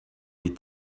les